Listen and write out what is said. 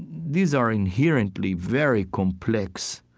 these are inherently very complex